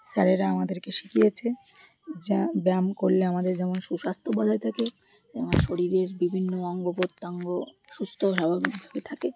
স্যারেরা আমাদেরকে শিখিয়েছে যে ব্যায়াম করলে আমাদের যেমন সুস্বাস্থ্য বজায় থাকে যেমন শরীরের বিভিন্ন অঙ্গ প্রত্যঙ্গ সুস্থ স্বাভাবিকভাবে থাকে